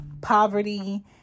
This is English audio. Poverty